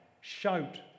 shout